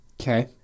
Okay